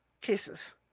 cases